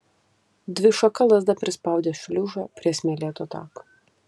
dvišaka lazda prispaudė šliužą prie smėlėto tako